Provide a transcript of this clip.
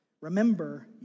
Remember